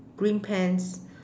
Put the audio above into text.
green pants